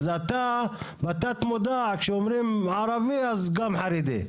אז אתה, בתת מודע, כשאומרים ערבי אז גם חרדי.